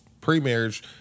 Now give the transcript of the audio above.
Pre-marriage